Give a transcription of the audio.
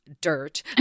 dirt